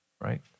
Right